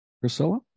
Priscilla